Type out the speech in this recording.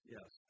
Yes